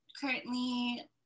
currently